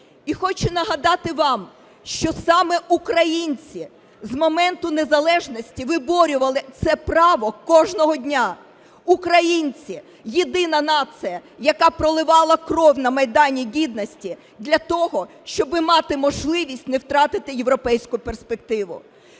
І хочу нагадати вам, що саме українці з моменту незалежності виборювали це право кожного дня. Українці – єдина нація, яка проливала кров на Майдані Гідності для того, щоби мати можливість не втратити європейську перспективу.